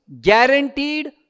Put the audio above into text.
guaranteed